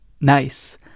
Nice